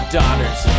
daughters